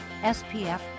SPF